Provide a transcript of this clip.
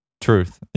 Truth